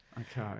Okay